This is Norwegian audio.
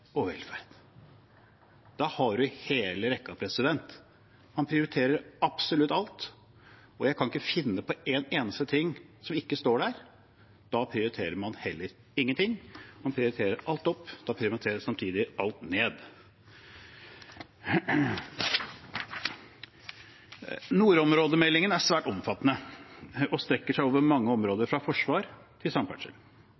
Da har du hele rekken. Man prioriterer absolutt alt. Jeg kan ikke finne på en eneste ting som ikke står der. Da prioriterer man heller ingenting. Man prioriterer alt opp, og da prioriterer man samtidig alt ned. Nordområdemeldingen er svært omfattende og strekker seg over mange